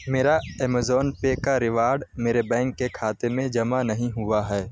میرا Amazon Pay کا reward میرے بینک کے کھاتے میں جمع نہیں ہوا ہے